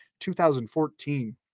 2014